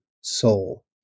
soul